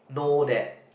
know that